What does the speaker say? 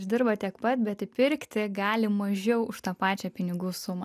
uždirba tiek pat bet įpirkti gali mažiau už tą pačią pinigų sumą